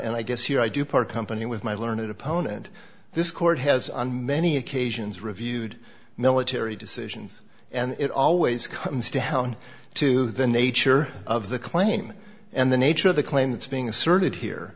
and i guess here i do part company with my learned opponent this court has on many occasions reviewed military decisions and it always comes down to the nature of the claim and the nature of the claim that's being asserted here